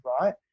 right